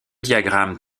diagrammes